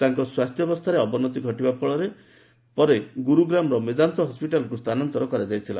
ତାଙ୍କ ସ୍ୱାସ୍ଥ୍ୟାବସ୍ଥାରେ ଅବନତି ଘଟିବା ଫଳରେ ପରେ ଗୁରୁଗ୍ରାମ୍ର ମେଦାନ୍ତ ହସ୍ୱିଟାଲ୍କୁ ସ୍ଥାନାନ୍ତର କରାଯାଇଥିଲା